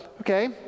okay